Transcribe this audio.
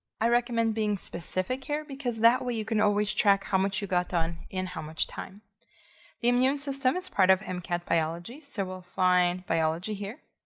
i recommend being specific here because that way you can always track how much you got done in how much time the immune system is part of mcat biology, so we'll find biology here.